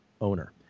owner